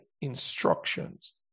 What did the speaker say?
instructions